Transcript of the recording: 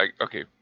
Okay